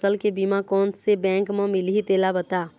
फसल के बीमा कोन से बैंक म मिलही तेला बता?